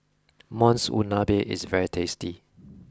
Monsunabe is very tasty